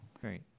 Great